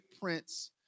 prince